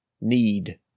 need